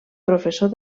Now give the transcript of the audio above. professor